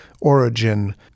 origin